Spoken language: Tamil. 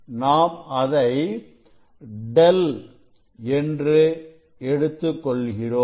நாம் அதை Δ என்று எடுத்துக் கொள்கிறோம்